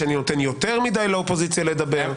שאני נותן יותר מדי אופוזיציה לדבר.